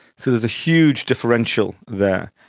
so there's a huge differential there.